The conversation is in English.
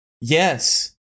Yes